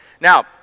Now